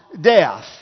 death